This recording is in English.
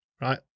right